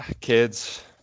kids